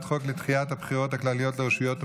החוק לדחיית הבחירות הכלליות ברשויות המקומיות.